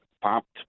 popped